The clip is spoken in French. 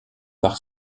par